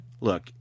look